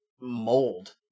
mold